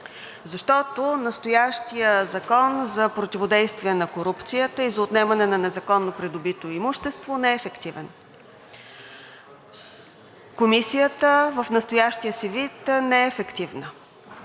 защото настоящият Закон за противодействие на корупцията и за отнемаме на незаконно придобито имущество не е ефективен. Комисията в настоящия си вид не е ефективна.